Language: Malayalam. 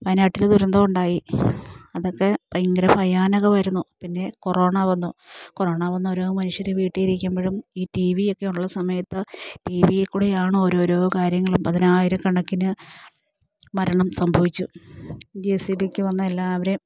വയനാട്ടില് ദുരന്തമുണ്ടായി അതൊക്കെ ഭയങ്കര ഭയാനകമായിരുന്നു പിന്നേ കൊറോണ വന്നു കൊറോണ വന്നോരോ മനുഷ്യര് വീട്ടിലിരിക്കുമ്പോഴും ഈ ടി വിയൊക്കെയുള്ള സമയത്ത് ടി വിയില്ക്കൂടെയാണ് ഓരോരോ കാര്യങ്ങളും പതിനായിരക്കണക്കിന് മരണം സംഭവിച്ചു ജെ സി ബിയൊക്കെ വന്ന് എല്ലാവരെയും